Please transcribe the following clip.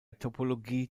topologie